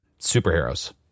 superheroes